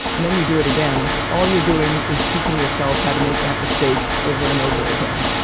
and then you do it again. all you're doing is teaching yourself how to make that mistake over and over again.